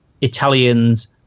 Italians